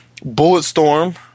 Bulletstorm